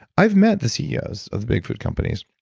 i've met the ceos of the big food companies.